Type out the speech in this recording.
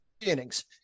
innings